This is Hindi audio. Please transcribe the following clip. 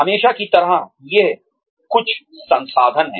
हमेशा की तरह ये कुछ संसाधन हैं